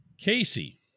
Casey